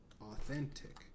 authentic